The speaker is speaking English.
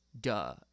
Duh